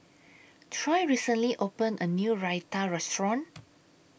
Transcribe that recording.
Troy recently opened A New Raita Restaurant